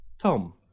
Tom